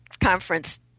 conference